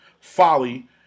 folly